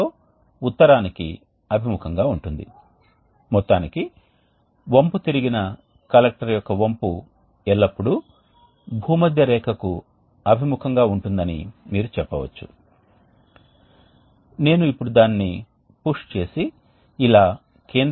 ఇవి ఉష్ణ శక్తిని నిల్వ చేయడంలో మంచిగా ఉంటాయి అయితే అదే సమయంలో ఈ బెడ్స్ అనేవి చిన్న చిన్న రంధ్రాలని కలిగి ఉంటాయి లేదా ఒకదానితో ఒకటి అనుసంధానించబడిన ఛానెల్లను కలిగి ఉంటాయి దీని ద్వారా ద్రవ ప్రవాహం వెళుతుంది మరియు చాలా అప్లికేషన్లో ద్రవ ప్రవాహంగా మనకు గ్యాస్ ఒక రకమైన వాయువు ఉంటుంది మేము ఒక ద్రవ ప్రవాహాన్ని కలిగి ఉన్నాము లేదా మేము 2 ద్రవ ప్రవాహాల్ని కలిగి ఉన్నాము